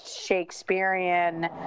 Shakespearean